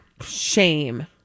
Shame